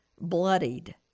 bloodied